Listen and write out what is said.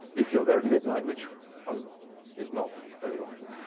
if you're there at midnight, which one is not very often.